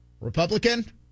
Republican